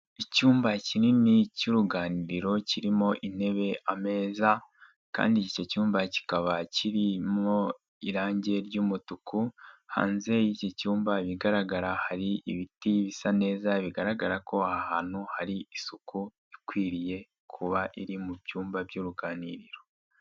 Icyumba kinini cy'uruganiriro kirimo intebe, ameza kandi icyo cyumba kikaba kirimo irangi ry'umutuku, hanze y'iki cyumba ibigaragara hari ibiti bisa neza bigaragara ko ahantu hari isuku ikwiriye kuba iri mu byumba by'uruganiriro.